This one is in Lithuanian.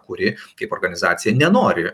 kuri kaip organizacija nenori